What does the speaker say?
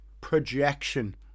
projection